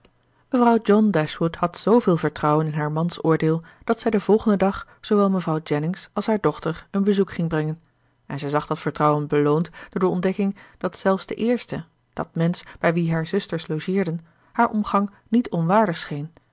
mevrouw john dashwood had zooveel vertrouwen in haar man's oordeel dat zij den volgenden dag zoowel mevrouw jennings als haar dochter een bezoek ging brengen en zij zag dat vertrouwen beloond door de ontdekking dat zelfs de eerste dat mensch bij wie hare zusters logeerden haar omgang niet onwaardig scheen